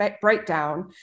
breakdown